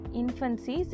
infancy